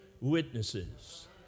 witnesses